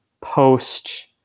post